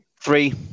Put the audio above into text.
three